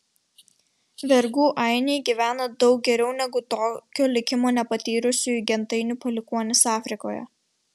vergų ainiai gyvena daug geriau negu tokio likimo nepatyrusiųjų gentainių palikuonys afrikoje